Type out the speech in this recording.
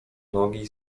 nogi